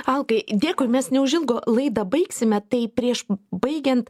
alkai dėkui mes neužilgo laidą baigsime tai prieš baigiant